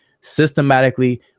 systematically